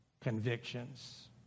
convictions